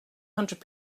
hundred